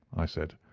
i said.